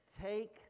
take